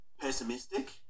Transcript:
pessimistic